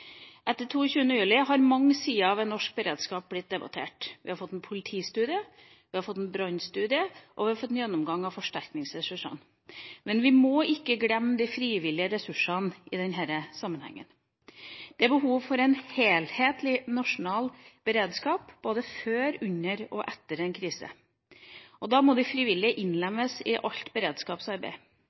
Etter 22. juli har mange sider ved norsk beredskap blitt debattert. Vi har fått en politistudie, en brannstudie, og vi har fått en gjennomgang av forsterkningsressursene, men vi må ikke glemme de frivillige ressursene i denne sammenhengen. Det er behov for en helhetlig nasjonal beredskap både før, under og etter en krise, og da må de frivillige innlemmes i alt beredskapsarbeid.